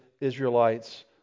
Israelites